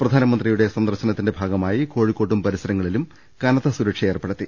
പ്രധാനമന്ത്രിയുടെ സന്ദർശനത്തിന്റെ ഭാഗമായി കോഴിക്കോട്ടും പരിസരങ്ങളിലും കനത്ത് സുരക്ഷ ഏർപ്പെടുത്തി